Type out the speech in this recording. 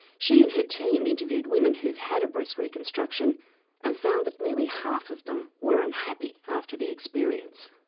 she and her team interviewed women who have had a breast reconstruction and found that nearly half of them were unhappy after the experience.